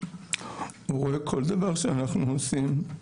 הוא רואה כל דבר שאנחנו עושים.